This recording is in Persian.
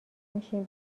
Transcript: میشیم